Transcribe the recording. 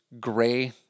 gray